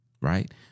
right